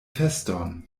feston